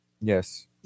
Yes